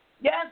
Yes